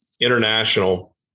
international